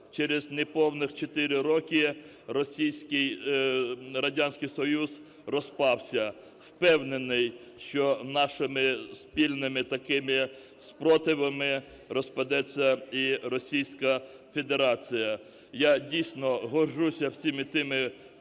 через неповних 4 роки Радянський Союз розпався. Впевнений, що нашими спільними такими спротивами розпадеться і Російська Федерація. Я дійсно горджуся всіма тими, хто